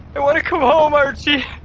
i want to come home, archie.